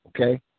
okay